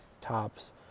tops